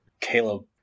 Caleb